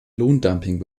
lohndumping